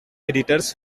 editors